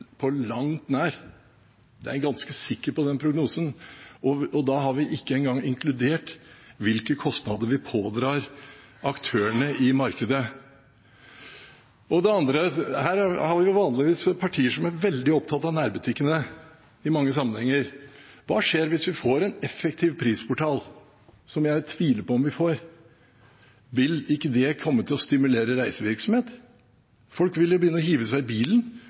på langt nær. Jeg er ganske sikker på den prognosen, og da har vi ikke engang inkludert hvilke kostnader vi pådrar aktørene i markedet. Det andre er, siden vi her har partier som vanligvis er veldig opptatt av nærbutikkene i mange sammenhenger: Hva skjer hvis vi får en effektiv prisportal – som jeg tviler på at vi får? Vil ikke det komme til å stimulere reisevirksomhet? Folk vil begynne å hive seg i bilen